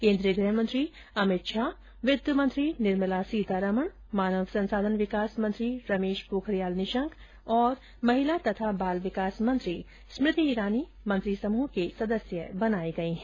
केन्द्रीय गृहमंत्री अमित शाह वित्त मंत्री निर्मला सीतारमन मानव संसाधन विकास मंत्री रमेश पोखरियाल निशंक और महिला तथा बाल विकास मंत्री स्मूति ईरानी मंत्री समूह के सदस्य बनाए गए हैं